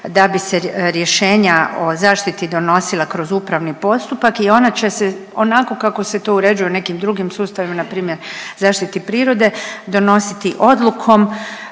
da bi se rješenja o zaštiti donosila kroz upravni postupak i ona će se onako kako se to uređuje u nekim drugim sustavima npr. zaštiti prirode donositi odlukom